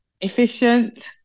efficient